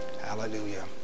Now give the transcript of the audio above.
Hallelujah